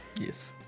Yes